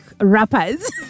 rappers